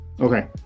okay